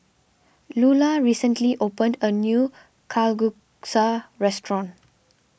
Lula recently opened a new Kalguksu restaurant